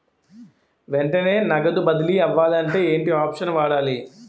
వెంటనే నగదు బదిలీ అవ్వాలంటే ఏంటి ఆప్షన్ వాడాలి?